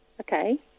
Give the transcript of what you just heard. Okay